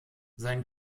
sein